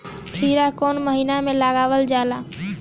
खीरा कौन महीना में लगावल जाला?